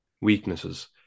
weaknesses